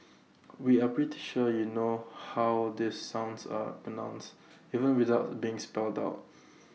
we are pretty sure you know how these sounds are pronounced even without them being spelled out